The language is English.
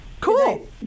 Cool